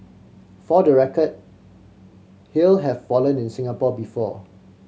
for the record hail have fallen in Singapore before